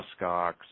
muskox